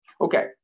Okay